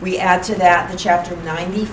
we add to that in chapter nine